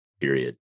period